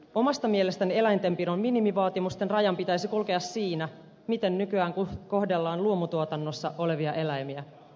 omasta mielestäni eläintenpidon minimivaatimusten rajan pitäisi kulkea siinä miten nykyään kohdellaan luomutuotannossa olevia eläimiä